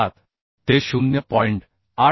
7 ते 0